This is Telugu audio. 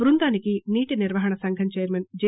బృందానికి నీటి నిర్వహణ సంఘం చైర్మన్ జె